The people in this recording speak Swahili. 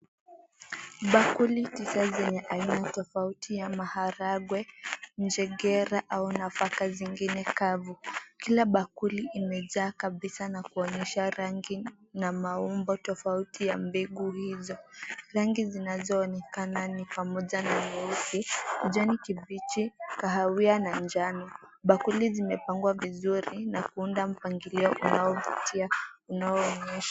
Bakuli tisa zenye aina tofauti ya maharagwe, njegere au nafaka zingine kavu. Kila bakuli imejaa kabisa na kuonyesha rangi na maumbo tofauti ya mbegu hizo. Rangi zinazoonekana ni pamoja na nyeusi, kijani kibichi, kahawia na njano. Bakuli zimepangwa vizuri na kuunda mpangilio unaovutia unaoonyesha.